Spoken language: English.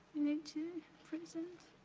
need to print something.